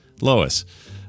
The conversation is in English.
Lois